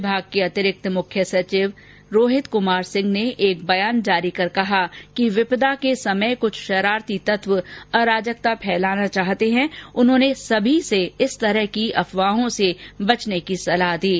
विभाग के अतिरिक्त मुख्य सचिव चिकित्सा और स्वास्थ्य रोहित कुमार सिंह ने एक बयान जारी कर कहा कि विपदा के समय कुछ शरारती तत्व अराजकता फैलाना चाह रहे हैं उन्होंने सभी से इस तरह की अफवाहों से बचने की सलाह दी है